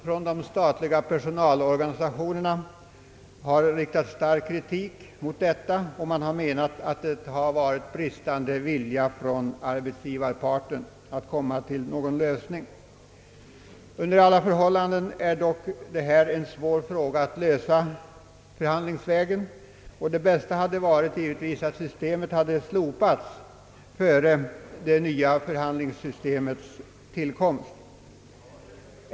Från de statliga personalorganisationerna har riktats stark kritik mot detta, och man har menat att det har varit bristande vilja från arbetsgivarparten att komma till någon lösning. Under alla förhållanden är detta en svår fråga att lösa förhandlingsvägen. Det bästa hade givetvis varit att systemet hade slopats före det nya förhandlingssystemets tillkomst.